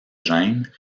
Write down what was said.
gènes